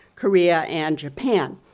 korea and japan.